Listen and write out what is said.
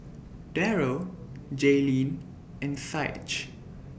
Darryll Jayleen and Saige